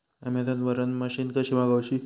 Amazon वरन machine कशी मागवची?